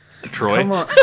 Troy